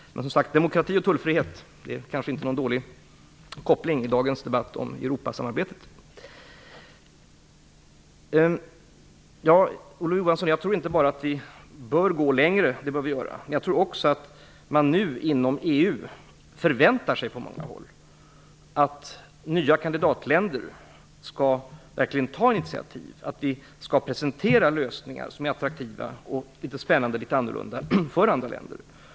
Så demokrati och tullfrihet är kanske inte någon dålig koppling i dagens debatt om Europasamarbetet. Olof Johansson! Vi bör nog inte bara gå längre, vilket vi visserligen bör. Men jag tror också att man nu inom EU på många håll förväntar sig att nya kandidatländer kommer att ta initiativ och presentera lösningar som är attraktiva, spännande och annorlunda för andra länder.